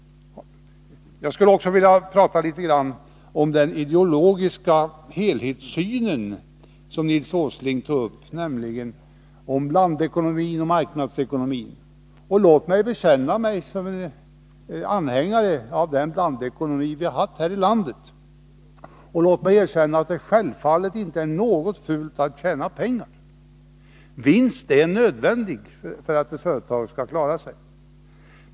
Jag skulle också, herr talman, litet grand vilja beröra den ideologiska helhetssyn på blandekonomin och marknadsekonomin som Nils Åsling gav uttryck för. Jag vill bekänna mig som anhängare av den blandekonomi som vi har haft här i landet. Låt mig även erkänna att jag menar att det självfallet inte är något fult i att tjäna pengar. Vinst är nödvändig för att ett företag skall klara sig.